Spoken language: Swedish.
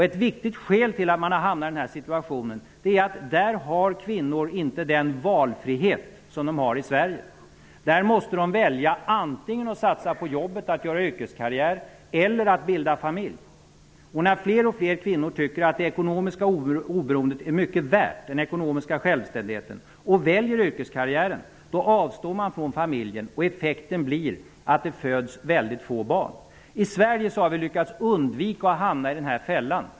Ett viktigt skäl till att man har hamnat i denna situation är att kvinnor där inte har den valfrihet som de har i Sverige. Där måste de välja, antingen att satsa på jobbet, göra yrkeskarriär, eller att bilda familj. När fler och fler kvinnor tycker att det ekonomiska oberoendet, den ekonomiska självständigheten är mycket värd och väljer yrkeskarriären, avstår de från familjen. Effekten blir att det föds mycket få barn. I Sverige har vi lyckats undvika att hamna i denna fälla.